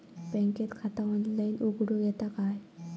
बँकेत खाता ऑनलाइन उघडूक येता काय?